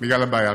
בגלל הבעיה.